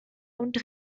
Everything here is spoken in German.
und